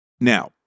Now